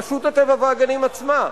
רשות הטבע והגנים עצמה,